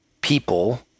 people